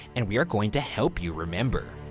and we are going to help you remember,